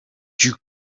you